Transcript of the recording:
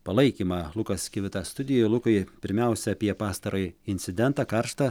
palaikymą lukas kivita studijoj lukai pirmiausia apie pastarąjį incidentą karštą